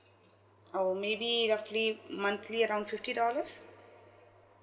oh maybe roughly monthly around fifty dollars